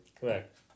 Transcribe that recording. Correct